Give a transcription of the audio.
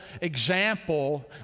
example